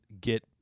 get